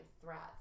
threats